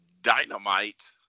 Dynamite